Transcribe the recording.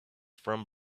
from